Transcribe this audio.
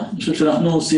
לא, אני חושב שאנחנו סיימנו.